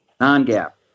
Non-gap